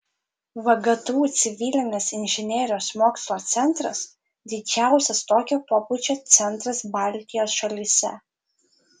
vgtu civilinės inžinerijos mokslo centras didžiausias tokio pobūdžio centras baltijos šalyse